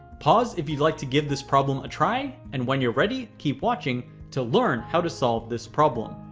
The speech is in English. pause if you'd like to give this problem a try, and when you're ready, keep watching to learn how to solve this problem.